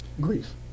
Grief